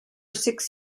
six